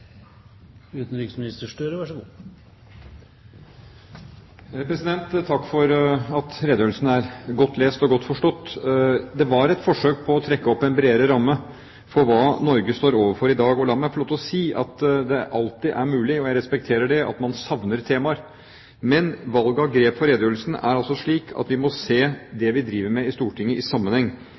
godt lest og godt forstått. Det var et forsøk på å trekke opp en bredere ramme for hva Norge står overfor i dag. La meg få lov til å si at det alltid er mulig – og jeg respekterer det – at man savner temaer. Men valget av grep for redegjørelsen er altså slik at vi må se det vi driver med i Stortinget, i sammenheng.